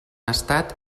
estat